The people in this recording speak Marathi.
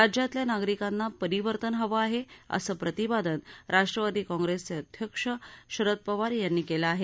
राज्यातल्या नागरिकांना परिवर्तन हवं आहे असं प्रतिपादन राष्ट्रवादी काँप्रेसचे अध्यक्ष शरद पवार यांनी केलं आहे